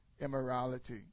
immorality